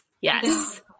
Yes